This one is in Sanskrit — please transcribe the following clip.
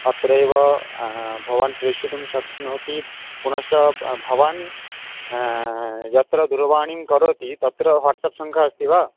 अत्रैव भवान् प्रेषियितुं शक्नोति पुनश्च भवान् यत्र दूरवाणीं करोति तत्र वाट्साप् संख्या अस्ति वा